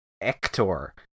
Ector